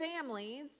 families